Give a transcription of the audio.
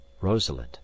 rosalind